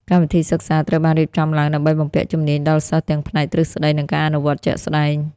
កម្មវិធីសិក្សាត្រូវបានរៀបចំឡើងដើម្បីបំពាក់ជំនាញដល់សិស្សទាំងផ្នែកទ្រឹស្តីនិងការអនុវត្តជាក់ស្តែង។